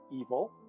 evil